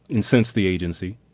and since the agency,